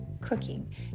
cooking